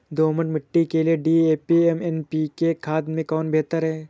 दोमट मिट्टी के लिए डी.ए.पी एवं एन.पी.के खाद में कौन बेहतर है?